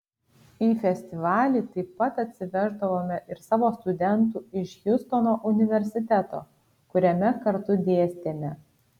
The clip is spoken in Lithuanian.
į festivalį taip pat atsiveždavome ir savo studentų iš hjustono universiteto kuriame kartu dėstėme